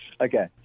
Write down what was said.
Okay